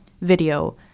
video